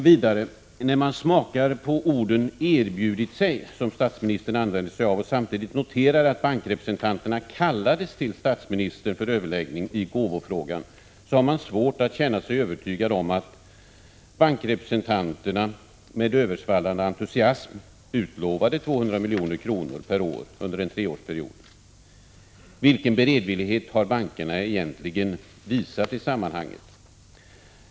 Vidare: När man smakar på orden ”erbjudit sig”, som statsministern använder, och samtidigt noterar att bankrepresentanterna kallades till statsministern för överläggning i ”gåvofrågan”, har man svårt att känna sig övertygad om att bankrepresentanterna med översvallande entusiasm utlovade 200 milj.kr. per år under en treårsperiod. Vilken beredvillighet har bankerna egentligen visat i sammanhanget?